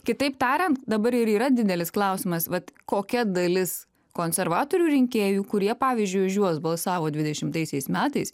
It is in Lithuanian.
kitaip tariant dabar ir yra didelis klausimas vat kokia dalis konservatorių rinkėjų kurie pavyzdžiui už juos balsavo dvidešimtaisiais metais